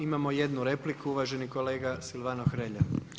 Imamo jednu repliku uvaženi kolega Silvano Hrelja.